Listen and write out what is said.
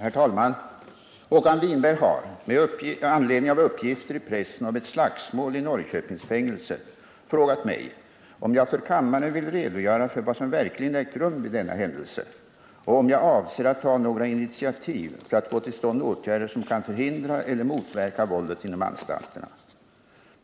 Herr talman! Håkan Winberg har — med anledning av uppgifter i pressen om ett slagsmål i Norrköpingsfängelset — frågat mig om jag för kammaren vill redogöra för vad som verkligen ägt rum vid denna händelse och om jag avser att ta några initiativ för att få till stånd åtgärder som kan förhindra eller motverka våldet inom anstalterna.